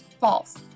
False